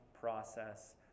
process